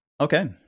Okay